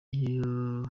iyo